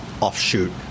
offshoot